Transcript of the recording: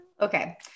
Okay